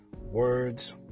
Words